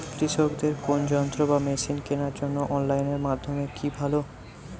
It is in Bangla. কৃষিদের কোন যন্ত্র বা মেশিন কেনার জন্য অনলাইন মাধ্যম কি ভালো?